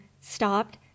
stopped